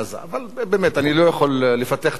אבל באמת אני לא יכול לפתח את השאלה,